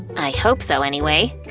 i hope so, anyway.